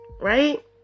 right